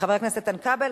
וחבר הכנסת איתן כבל.